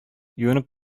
юынып